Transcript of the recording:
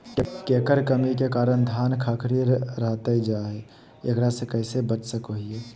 केकर कमी के कारण धान खखड़ी रहतई जा है, एकरा से कैसे बचा सको हियय?